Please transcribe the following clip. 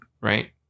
right